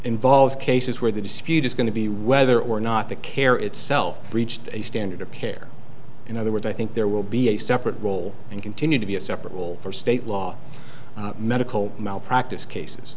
involves cases where the dispute is going to be whether or not the care itself breached a standard of care in other words i think there will be a separate role and continue to be a separate will for state law medical malpractise cases